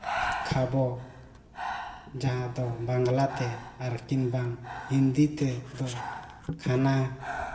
ᱠᱷᱟᱵᱚ ᱡᱟᱦᱟᱸ ᱫᱚ ᱵᱟᱝᱞᱟᱛᱮ ᱟᱨ ᱠᱤᱝᱵᱟᱝ ᱦᱤᱱᱫᱤ ᱛᱮᱫᱚ ᱠᱷᱟᱱᱟ